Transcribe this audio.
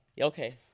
Okay